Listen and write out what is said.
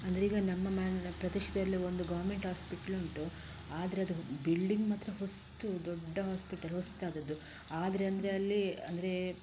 ಅಂದರೀಗ ನಮ್ಮ ಮ ಪ್ರದೇಶದಲ್ಲಿ ಒಂದು ಗವರ್ಮೆಂಟ್ ಹಾಸ್ಪಿಟಲುಂಟು ಆದರೆ ಅದು ಬಿಲ್ಡಿಂಗ್ ಮಾತ್ರ ಹೊಸತು ದೊಡ್ಡ ಹಾಸ್ಪಿಟಲ್ ಹೊಸತಾದದ್ದು ಆದರೆ ಅಂದರೆ ಅಲ್ಲಿ ಅಂದರೆ